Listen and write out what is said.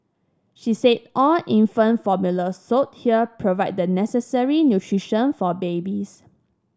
she said all infant formula sold here provide the necessary nutrition for babies